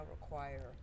require